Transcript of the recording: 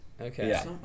Okay